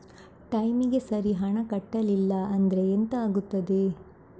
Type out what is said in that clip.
ಟೈಮಿಗೆ ಸರಿ ಹಣ ಕಟ್ಟಲಿಲ್ಲ ಅಂದ್ರೆ ಎಂಥ ಆಗುತ್ತೆ?